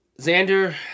Xander